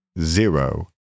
zero